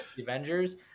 Avengers